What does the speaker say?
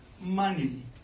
money